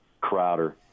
Crowder